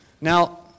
Now